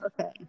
Okay